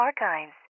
archives